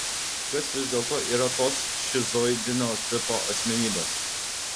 kas vis dėlto yra tos šizoidinio tipo asmenybės